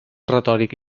retòric